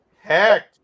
Heck